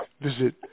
visit